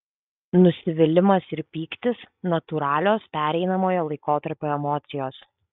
nusivylimas ir pyktis natūralios pereinamojo laikotarpio emocijos